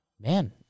Man